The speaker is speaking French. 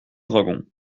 dragons